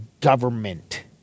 government